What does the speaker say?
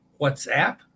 WhatsApp